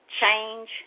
change